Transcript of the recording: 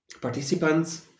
participants